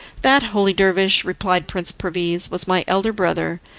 that, holy dervish, replied prince perviz, was my elder brother,